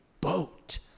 boat